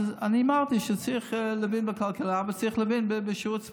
אז אני אמרתי שצריך להבין בכלכלה וצריך להבין בשירות צבאי,